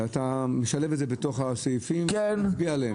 אתה משלב את זה בתוך הסעיפים ומצביע עליהם?